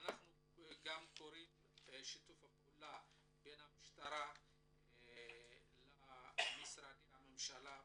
אנחנו קוראים לשיתוף פעולה בין המשטרה למשרדי הממשלה,